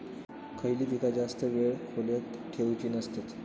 खयली पीका जास्त वेळ खोल्येत ठेवूचे नसतत?